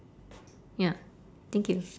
ya thank you